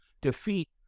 defeat